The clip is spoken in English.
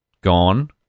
gone